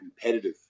competitive